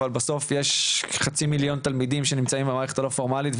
אבל בסוף יש חצי מיליון תלמידים שנמצאים במערכת הלא פורמלית,